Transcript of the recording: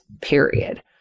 period